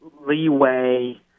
leeway